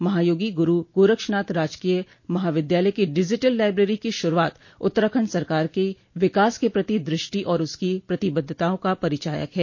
महायोगी गुरू गोरक्षनाथ राजकीय महाविद्यालय की डिजिटल लाइब्रेरी की शुरूआत उत्तराखंड सरकार की विकास के प्रति दृष्टि और उसकी प्रतिबद्धताओं का परिचायक है